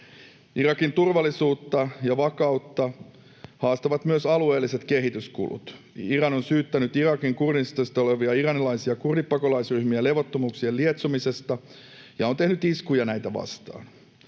Irakin turvallisuutta ja vakautta haastavat myös alueelliset kehityskulut. Iran on syyttänyt Irakin Kurdistanissa olevia iranilaisia kurdipakolaisryhmiä levottomuuksien lietsomisesta ja tehnyt iskuja näitä vastaan.